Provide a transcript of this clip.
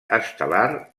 estel·lar